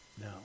No